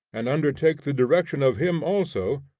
and undertake the direction of him also,